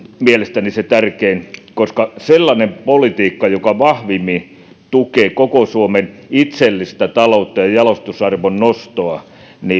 mielestäni se tärkein koska sellainen politiikka joka vahvimmin tukee koko suomen itsellistä taloutta ja ja jalostusarvon nostoa